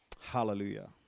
Hallelujah